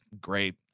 great